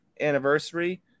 anniversary